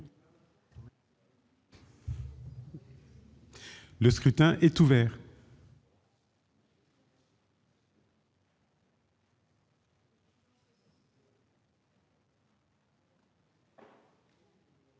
Le scrutin est ouvert.